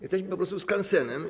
Jesteśmy po prostu skansenem.